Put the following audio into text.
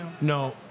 No